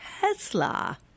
Tesla